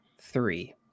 three